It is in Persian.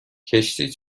کشتی